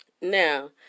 Now